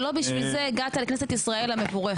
שלא בשביל זה הגעת לכנסת ישראל המבורכת.